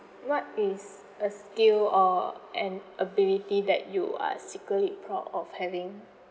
what is a skill or an ability that you are secretly proud of having